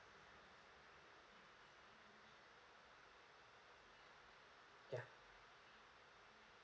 ya